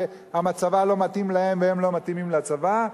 שהצבא לא מתאים להם והם לא מתאימים לצבא,